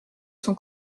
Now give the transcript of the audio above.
son